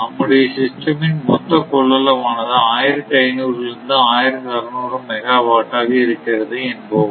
நம்முடைய சிஸ்டம் இன் மொத்த கொள்ளளவு ஆனது 1500 லிருந்து 1600 மெகாவாட்டாக இருக்கிறது என்போம்